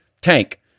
tank